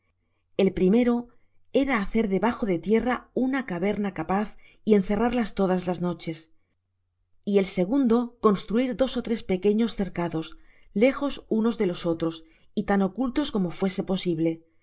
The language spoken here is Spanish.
el primero era hacer debajo de tierra una caverna capaz y encerrarlas todas las noches y el segundo construir dos ó tres pequeños cercados lejos unos de otros y tan ocultos como fuese posible